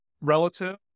relative